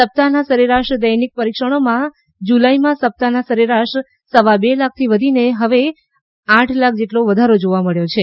સપ્તાહના સરેરાશ દૈનિક પરીક્ષણોમાં જુલાઈમાં સપ્તાહના સરેરાશ સવાબે લાખથી વધીને હવે આઠ લાખ જેટલો વધારો જોવા મળ્યો છે